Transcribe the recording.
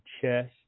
chest